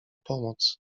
pomoc